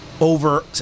over